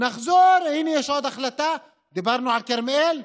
נחזור, הינה, יש עוד החלטה: דיברנו על כרמיאל?